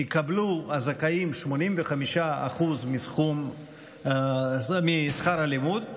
יקבלו הזכאים 85% משכר הלימוד,